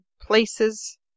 places